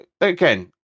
again